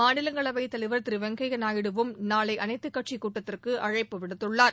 மாநிலங்களவைத் தலைவர் திரு வெங்கய்யா நாயுடுவும் நாளை அனைத்துக் கட்சிக் கூட்டத்திற்கு அழைப்பு விடுத்துள்ளார்